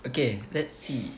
okay let's see